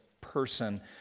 person